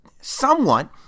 somewhat